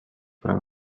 par